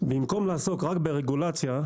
במקום לעסוק רק ברגולציה,